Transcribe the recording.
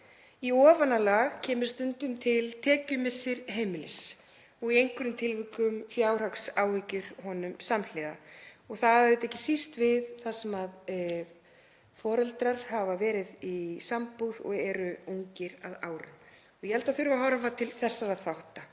Í ofanálag kemur stundum til tekjumissir heimilis og í einhverjum tilvikum fjárhagsáhyggjur honum samhliða. Það á auðvitað ekki síst við þar sem foreldrar hafa verið í sambúð og eru ungir að árum. Ég held að það þurfi að horfa til þessara þátta,